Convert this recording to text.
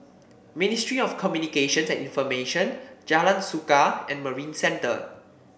Ministry of Communications and Information Jalan Suka and Marina Centre